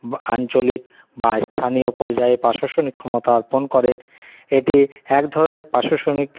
আঞ্চলিক বা স্থানীয় পর্যায় প্রশাসনিক ক্ষমতা অর্পণ করে এটি এক ধরণের প্রশাসনিক